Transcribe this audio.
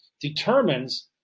determines